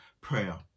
prayer